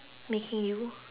making you